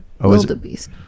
Wildebeest